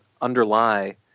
underlie